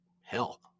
hell